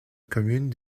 commune